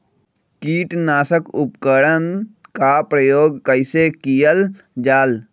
किटनाशक उपकरन का प्रयोग कइसे कियल जाल?